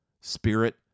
Spirit